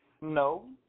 No